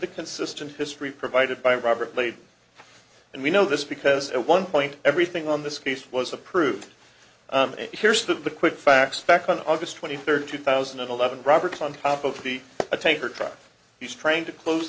the consistent history provided by robert blake and we know this because at one point everything on this case was approved here's the quick facts back on august twenty third two thousand and eleven roberts on top of a tanker truck he's trying to close